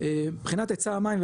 מבחינת היצע המים,